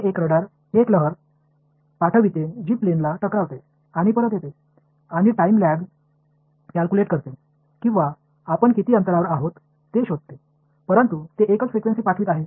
हे एक लहर पाठविते ती प्लेनला टकरावते आणि परत येते आणि टाइम ल्याग कॅल्क्युलेट करते किंवा आपण किती अंतरावर आहो हे शोधते परंतु ते एकच फ्रिक्वेन्सी पाठवित आहे